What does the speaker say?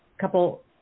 couple